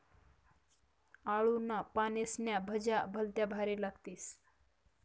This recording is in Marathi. आळूना पानेस्न्या भज्या भलत्या भारी लागतीस